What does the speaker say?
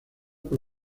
por